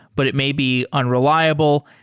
but it may be unreliable.